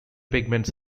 pigments